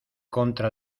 contra